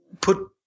put